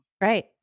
Right